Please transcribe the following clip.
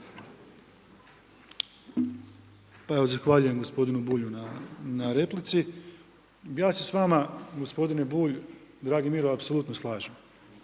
(HDZ)** Zahvaljujem gospodinu Bulju na replici. Ja se s vama gospodine Bulj, dragi Miro, apsolutno slažem